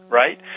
right